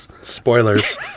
Spoilers